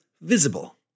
Visible